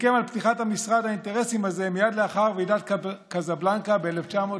סיכם על פתיחת משרד האינטרסים הזה מייד לאחר ועידת קזבלנקה ב-1994.